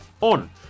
on